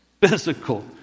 Physical